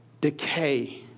decay